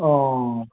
অঁ